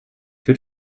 wird